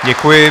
Děkuji.